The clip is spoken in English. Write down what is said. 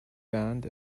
band